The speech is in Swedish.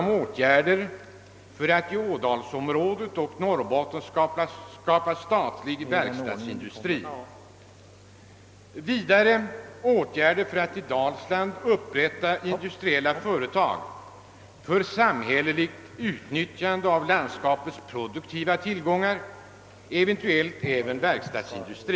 2) åtgärder för att i Ådalsområdet och Norrbotten skapa statlig verkstadsindustri; 3) åtgärder för att i Dalsland upprätta industriella företag för samhälleligt utnyttjande av landskapets produktiva tillgångar, eventuellt även verkstadsindustri.